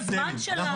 בזמן שלנו'.